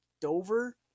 Dover